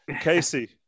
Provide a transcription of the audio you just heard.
Casey